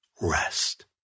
rest